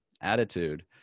attitude